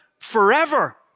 forever